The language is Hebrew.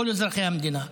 כל אזרחי המדינה.